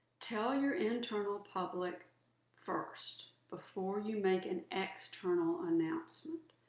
tell your internal public first before you make an external announcement.